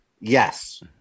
Yes